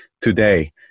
today